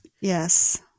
Yes